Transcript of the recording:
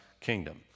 kingdom